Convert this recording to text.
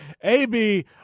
ab